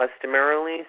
customarily